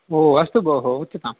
भोः अस्तु भोः उच्यताम्